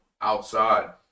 outside